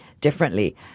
differently